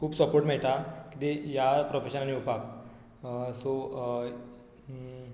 खूप सपोर्ट मेळटा ह्या प्रोफेशनान येवपाक सो